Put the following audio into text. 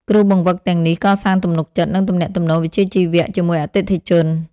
គ្រូបង្វឹកទាំងនេះកសាងទំនុកចិត្ត និងទំនាក់ទំនងវិជ្ជាជីវៈជាមួយអតិថិជន។